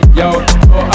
yo